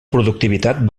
productivitat